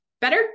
better